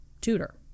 tutor